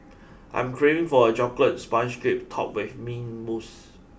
I'm craving for a chocolate sponge cake topped with mint mousse